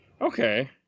Okay